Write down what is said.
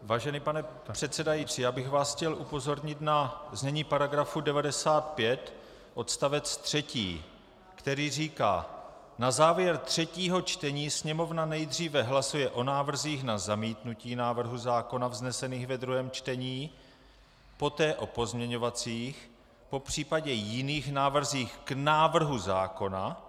Vážený pane předsedající, já bych vás chtěl upozornit na znění § 95 odst. 3, který říká: Na závěr třetího čtení Sněmovna nejdříve hlasuje o návrzích na zamítnutí návrhu zákona vznesených ve druhém čtení, poté o pozměňovacích, popř. jiných návrzích k návrhu zákona.